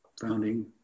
founding